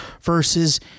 versus